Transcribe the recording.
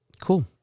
Cool